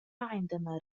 عندما